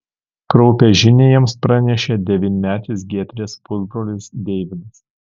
kraupią žinią jiems pranešė devynmetis giedrės pusbrolis deividas